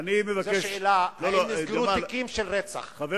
וזו השאלה: האם נסגרו תיקים של רצח,